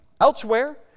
elsewhere